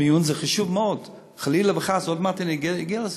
מיון זה חשוב מאוד, עוד מעט אגיע לזה.